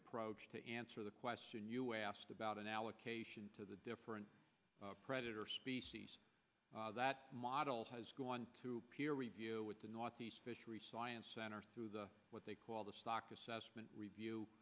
approach to answer the question you asked about an allocation to the different predator species that model has gone through peer review with the northeast fishery science center through the what they call the stock assessment review